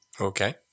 Okay